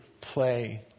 play